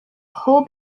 hull